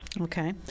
Okay